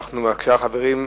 בבקשה, חברים.